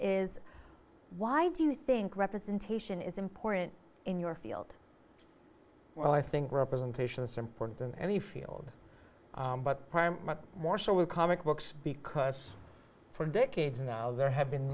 is why do you think representation is important in your field well i think representation is important in any field but more so with comic books because for decades now there have been